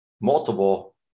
multiple